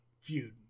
feud